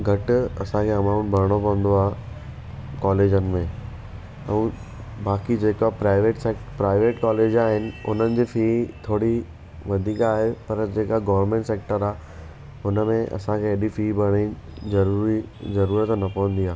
घटि असांखे अमाउंट भरणो पवंदो आहे कॉलेजनि में ऐं बाक़ी जेका प्राइवेट प्राइवेट कॉलेज आहिनि उन्हनि जी फ़ी थोरी वधीक आहे पर जेका गवर्नमेंट सैक्टर आहे उन में असांखे हेॾी फ़ी भरणी ज़रूरी ज़रूरत न पवंदी आहे